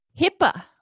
HIPAA